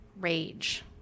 rage